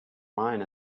mine